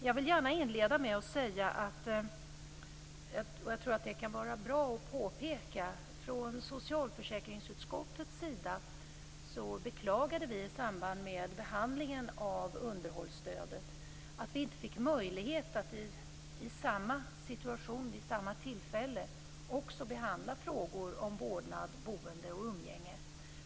Jag vill inleda med att säga, och jag tror att det kan vara bra att påpeka, att från socialförsäkringsutskottets sida beklagade vi i samband med behandlingen av underhållsstödet att vi inte fick möjlighet att vid samma tillfälle också behandla frågor om vårdnad, boende och umgänge.